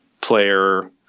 player